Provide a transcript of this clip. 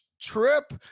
trip